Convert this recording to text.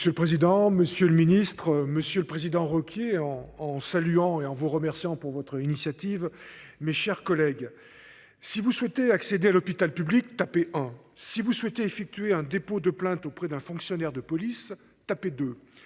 Monsieur le président, Monsieur le Ministre, Monsieur le Président requiers. En saluant et en vous remerciant pour votre initiative. Mes chers collègues. Si vous souhaitez accéder à l'hôpital public taper hein si vous souhaitez effectuer un dépôt de plainte auprès d'un fonctionnaire de police taper